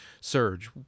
surge